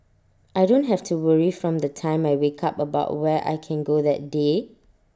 I don't have to worry from the time I wake up about where I can go that day